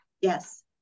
Yes